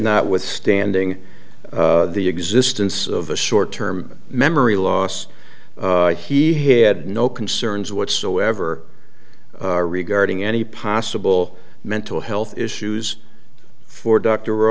notwithstanding the existence of a short term memory loss he had no concerns whatsoever regarding any possible mental health issues for dr